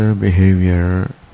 Behavior